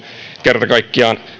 kerta kaikkiaan